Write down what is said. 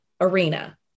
arena